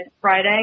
Friday